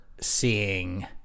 seeing